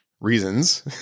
reasons